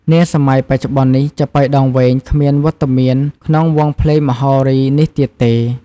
នាសម័យបច្ចុប្បន្ននេះ ចាប៉ីដងវែងគ្មានវត្តមានក្នុងវង់ភ្លេងមហោរីនេះទៀតទេ។